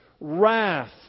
wrath